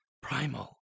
primal